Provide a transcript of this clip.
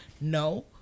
No